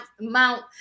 Mount